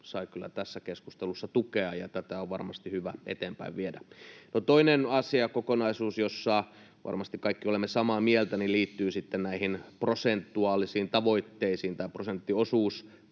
sai kyllä tässä keskustelussa tukea, ja tätä on varmasti hyvä eteenpäin viedä. No, toinen asiakokonaisuus, josta varmasti kaikki olemme samaa mieltä, liittyy sitten näihin prosenttiosuustavoitteisiin,